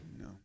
No